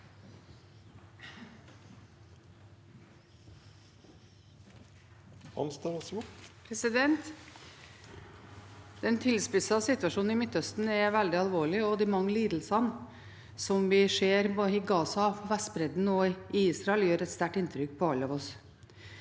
Den tilspissede situ- asjonen i Midtøsten er veldig alvorlig, og de mange lidelsene som vi ser i Gaza, på Vestbredden og i Israel, gjør et sterkt inntrykk på oss